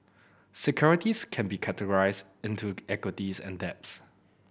securities can be categorized into equities and debts